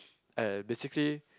and basically